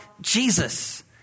Jesus